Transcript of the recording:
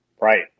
right